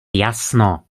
jasno